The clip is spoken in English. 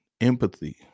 empathy